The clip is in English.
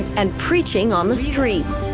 and preaching on the streets.